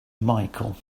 michael